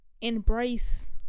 embrace